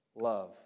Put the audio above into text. love